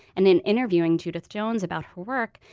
and in interviewing judith jones about her work,